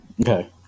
Okay